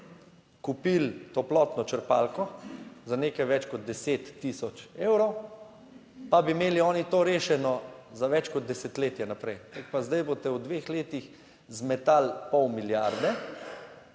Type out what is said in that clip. kupili toplotno črpalko za nekaj več kot 10000 evrov, pa bi imeli oni to rešeno za več kot desetletje naprej. Pa zdaj boste v dveh letih zmetali pol milijarde